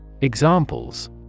Examples